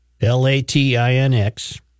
L-A-T-I-N-X